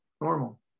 normal